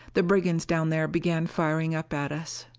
the brigands down there began firing up at us.